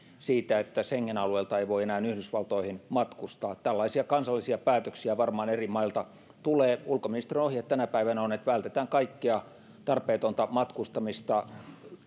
siitä että schengen alueelta ei voi enää yhdysvaltoihin matkustaa tällaisia kansallisia päätöksiä varmaan eri mailta tulee ulkoministeriön ohje tänä päivänä on että vältetään kaikkea tarpeetonta matkustamista